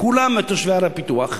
כולם תושבי ערי הפיתוח,